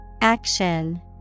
Action